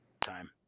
Time